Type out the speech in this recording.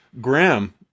Graham